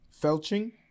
felching